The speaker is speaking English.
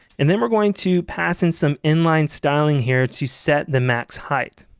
and then we're going to pass in some inline styling here to set the max height.